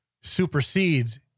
supersedes